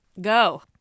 Go